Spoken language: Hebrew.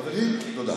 חברים, תודה.